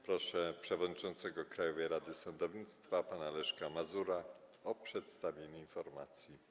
Proszę przewodniczącego Krajowej Rady Sądownictwa pana Leszka Mazura o przedstawienie informacji.